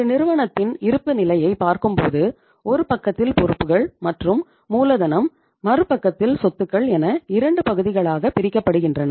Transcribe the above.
ஒரு நிறுவனத்தின் இருப்பு நிலையை பார்க்கும்போது ஒரு பக்கத்தில் பொறுப்புகள் மற்றும் மூலதனம் மறுபக்கத்தில் சொத்துக்கள் என இரண்டு பகுதிகளாக பிரிக்கப்படுகின்றன